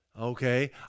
Okay